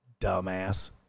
Dumbass